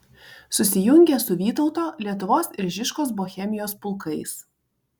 susijungė su vytauto lietuvos ir žižkos bohemijos pulkais